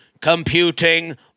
computing